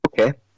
okay